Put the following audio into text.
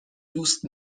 دوست